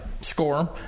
score